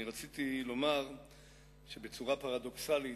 אני רציתי לומר שבצורה פרדוקסלית,